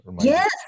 yes